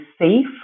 safe